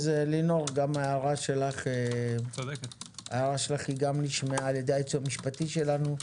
גם ההערה שלך נשמעה על-ידי היועץ המשפטי שלנו.